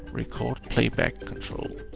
record playback control.